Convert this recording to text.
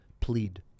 Plead